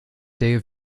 der